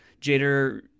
Jader